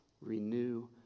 renew